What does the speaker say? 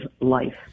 life